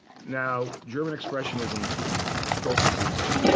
now german expressionism focuses